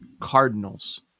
Cardinals